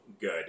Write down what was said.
good